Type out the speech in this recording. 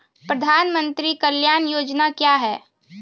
प्रधानमंत्री कल्याण योजना क्या हैं?